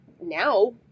now